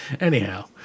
Anyhow